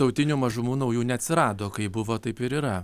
tautinių mažumų naujų neatsirado kaip buvo taip ir yra